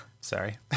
Sorry